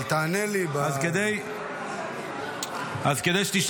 אז כדי שתשתכנע,